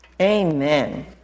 Amen